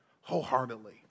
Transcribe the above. wholeheartedly